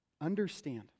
Understand